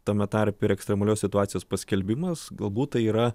tame tarpe ir ekstremalios situacijos paskelbimas galbūt tai yra